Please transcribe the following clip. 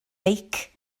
beic